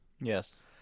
yes